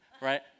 Right